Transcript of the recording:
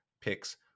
picks